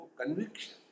conviction